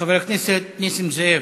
חבר הכנסת נסים זאב.